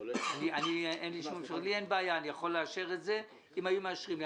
לי אין בעיה, יכולתי לאשר את זה אם היו מאשרים לי.